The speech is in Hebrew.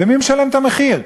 ומי משלם את המחיר?